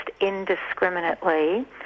indiscriminately